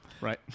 Right